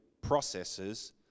processes